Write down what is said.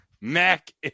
Mac